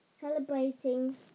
celebrating